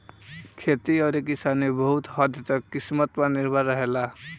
खेती अउरी किसानी बहुत हद्द तक किस्मत पर निर्भर रहेला